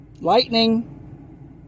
Lightning